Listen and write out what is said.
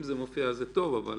אם זה מופיע, זה טוב, אבל